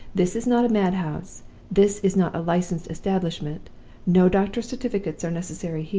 this is not a mad-house this is not a licensed establishment no doctors' certificates are necessary here!